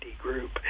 group